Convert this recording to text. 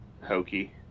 hokey